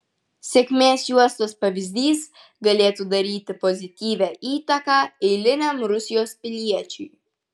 sėkmės juostos pavyzdys galėtų daryti pozityvią įtaką eiliniam rusijos piliečiui